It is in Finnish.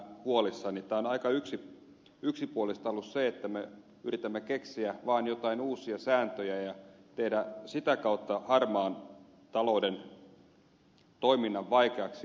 tämä on aika yksipuolista ollut että me yritämme keksiä vain joitain uusia sääntöjä ja tehdä sitä kautta harmaan talouden toiminnan vaikeaksi